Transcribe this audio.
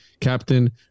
Captain